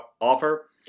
offer